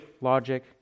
logic